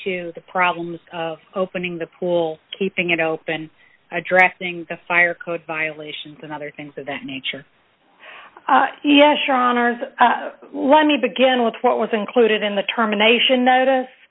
to the problems of opening the pool keeping it open addressing the fire code violations and other things of that nature yes your honor let me begin with what was included in the terminations notice